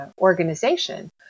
organization